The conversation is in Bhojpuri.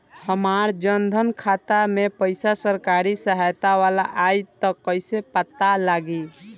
हमार जन धन खाता मे पईसा सरकारी सहायता वाला आई त कइसे पता लागी?